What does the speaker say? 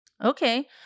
Okay